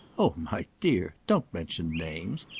oh, my dear! don't mention names.